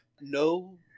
No